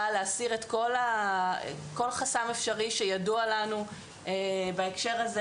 כדי להסיר כל חסם אפשרי שידוע לנו בהקשר הזה,